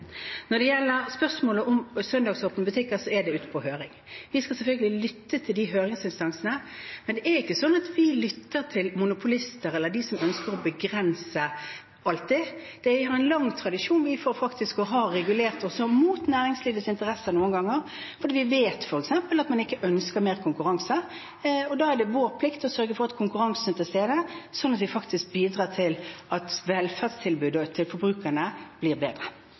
Når det gjelder spørsmålet om søndagsåpne butikker, er det ute på høring. Vi skal selvfølgelig lytte til høringsinstansene, men det er ikke sånn at vi lytter til monopolister eller dem som ønsker å begrense, alltid. Vi har en lang tradisjon, vi faktisk, for å regulere også mot næringslivets interesser noen ganger, for vi vet f.eks. at man ikke ønsker mer konkurranse. Da er det vår plikt å sørge for at konkurransen er til stede, slik at vi bidrar til at velferdstilbudet til forbrukerne blir bedre.